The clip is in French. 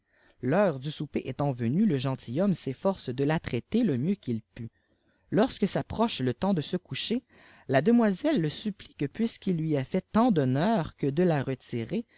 l'heure du souper étant venue le gentilhomme s'efforce de la traiter le mieux qu'il put lorsque s'approche le temps de se coucher la demoiselle le supphe que puisqu'il lui a fait tant d'honneur que de la retirer